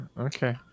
okay